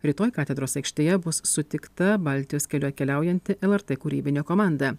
rytoj katedros aikštėje bus sutikta baltijos keliu keliaujan lrt kūrybinė komanda